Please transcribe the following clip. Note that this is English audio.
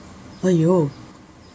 !aiyo!